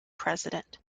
president